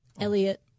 Elliot